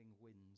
winds